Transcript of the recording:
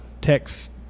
text